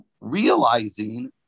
realizing